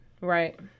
Right